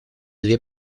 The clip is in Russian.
две